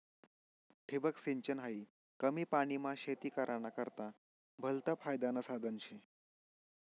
ठिबक सिंचन हायी कमी पानीमा शेती कराना करता भलतं फायदानं साधन शे